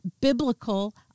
biblical